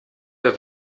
der